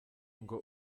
ngo